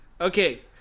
Okay